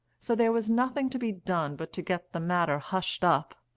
so there was nothing to be done but to get the matter hushed up.